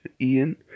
Ian